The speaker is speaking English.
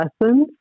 lessons